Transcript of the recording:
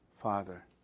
Father